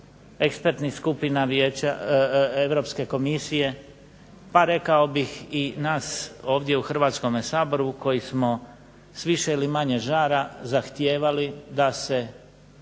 ekspertnih skupina Europske Komisije, pa rekao bih i nas ovdje u Hrvatskome saboru koji smo s više ili manje žara zahtijevali da se